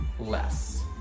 less